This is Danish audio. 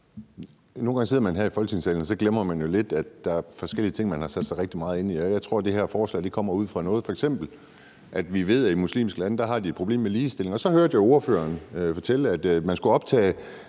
Nogle gange sidder man her i Folketingssalen, og så glemmer man jo lidt, at der er forskellige ting, man har sat sig rigtig meget ind i, og jeg tror, at det her forslag f.eks. kommer ud fra det, at vi ved, at de i muslimske lande har et problem med ligestilling. Så hørte jeg ordføreren fortælle, at man skulle optage